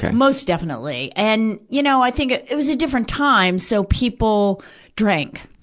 and most definitely. and, you know, i think it it was a different time, so people drank.